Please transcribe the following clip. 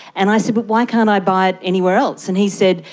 and i said, but why can't i buy it anywhere else? and he said,